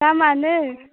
दामआनो